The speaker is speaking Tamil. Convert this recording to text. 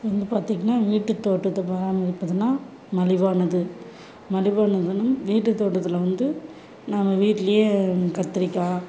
வந்து பார்த்தீங்கன்னா வீட்டு தோட்டத்தை பராமரிப்பதுன்னா மலிவானது மலிவானது வந்து வீட்டு தோட்டத்தில் வந்து நம்ம வீட்டிலையே கத்திரிக்காய்